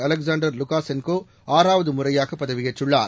Alexander Lukashenko ஆறாவது முறையாக பதவியேற்றுள்ளார்